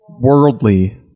worldly